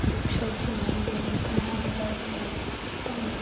વૃક્ષોથી માંડીને ઘણા બધા છે કલ્સ